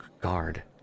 guard